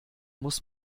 muss